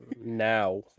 Now